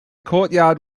courtyard